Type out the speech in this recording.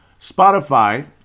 Spotify